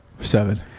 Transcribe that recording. Seven